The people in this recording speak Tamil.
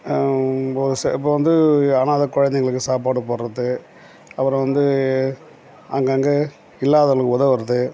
ஒரு சே இப்போ வந்து அனாதை குழந்தைங்களுக்கு சாப்பாடு போடுறது அப்புறோம் வந்து அங்கங்கே இல்லாதவங்களுக்கு உதவுவது